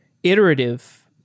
iterative